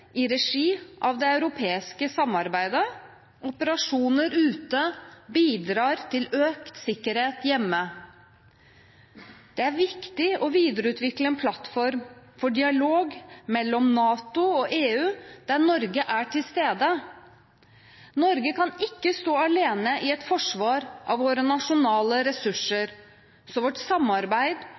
i regi av det europeiske samarbeidet. Operasjoner ute bidrar til økt sikkerhet hjemme. Det er viktig å videreutvikle en plattform for dialog mellom NATO og EU, der Norge er til stede. Norge kan ikke stå alene i et forsvar av våre nasjonale ressurser, så